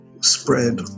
spread